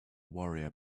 warrior